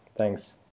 Thanks